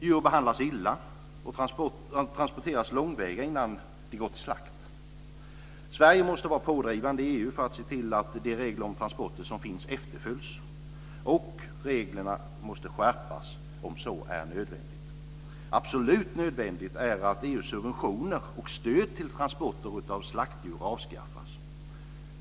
Djur behandlas illa och transporteras långväga innan de går till slakt. Sverige måste vara pådrivande i EU för att se till att de regler om transporter som finns efterföljs, och reglerna måste skärpas om så är nödvändigt. Absolut nödvändigt är att EU:s subventioner och stöd till transporter av slaktdjur avskaffas.